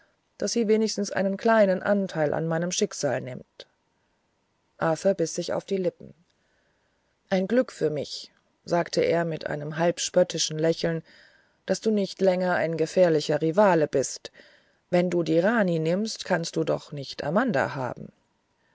daß sie wenigstens einen kleinen anteil an meinem schicksal nimmt arthur biß sich auf die lippen ein glück für mich sagte er mit einem halb spöttischen lächeln daß du nicht länger ein gefährlicher rival bist wenn du die rani nimmst kannst du doch nicht amanda haben